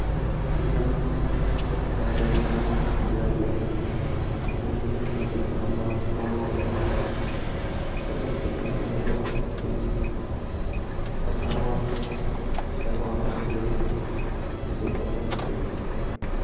किसान मन ह अपन गाय गरु मन ल बिहनिया ले ढील के दईहान म छोड़ के आथे सबे के गाय गरुवा के सकलावत ले चरवाहा उही जघा रखथे